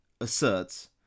asserts